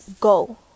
go